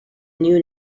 new